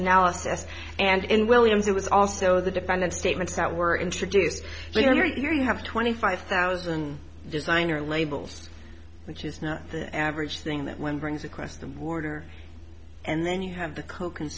analysis and in williams it was also the defendant's statements that were introduced later you have twenty five thousand designer labels which is not the average thing that wind brings across the border and then you have the co